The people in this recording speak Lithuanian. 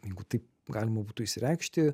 jeigu taip galima būtų išsireikšti